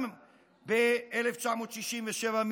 גם ב-1967,